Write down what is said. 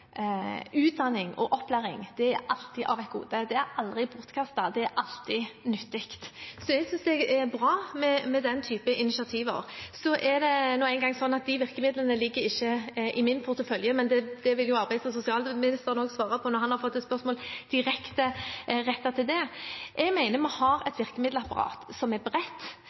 utdanning og opplæring alltid er et gode. Det er aldri bortkastet, det er alltid nyttig. Så jeg synes det er bra med den typen initiativer. Så er det nå engang sånn at de virkemidlene ikke ligger i min portefølje, men dette vil jo arbeids- og sosialministeren også svare på når han har fått et spørsmål direkte rettet til det. Jeg mener vi har et virkemiddelapparatet som er bredt,